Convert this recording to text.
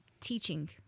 teaching